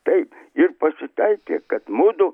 taip ir pasitaikė kad mudu